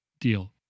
deal